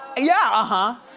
yeah, ah huh.